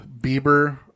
Bieber